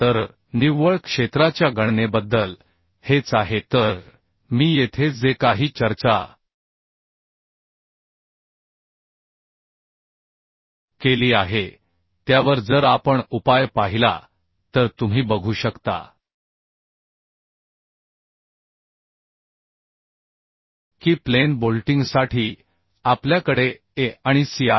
तर निव्वळ क्षेत्राच्या गणनेबद्दल हेच आहे तर मी येथे जे काही चर्चा केली आहे त्यावर जर आपण उपाय पाहिला तर तुम्ही बघू शकता की प्लेन बोल्टिंगसाठी आपल्याकडे a आणि c आहे